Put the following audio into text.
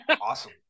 Awesome